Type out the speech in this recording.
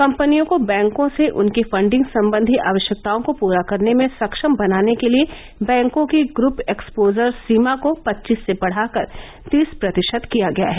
कंपनियों को बैंकों से उनकी फडिंग संबंधी आवश्यकताओं को पूरा करने में सक्षम बनाने के लिए बैंकों की ग्रुप एक्सपोजर सीमा को पच्चीस से बढ़ाकर तीस प्रतिशत किया गया है